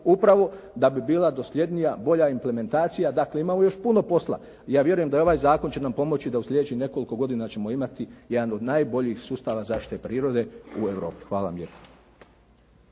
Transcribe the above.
upravo da bi bila dosljednija, bolja implementacija. Dakle, imamo još puno posla. Ja vjerujem da i ovaj zakon će nam pomoći da u sljedećih nekoliko godina ćemo imati jedan od najboljih sustava zaštite prirode u Europi. Hvala vam lijepo.